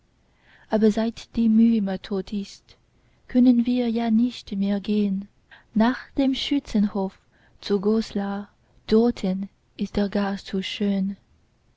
aber seit die muhme tot ist können wir ja nicht mehr gehn nach dem schützenhof zu goslar dorten ist es gar zu schön